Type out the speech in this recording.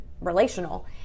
relational